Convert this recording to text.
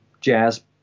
jazz